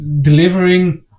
delivering